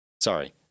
Sorry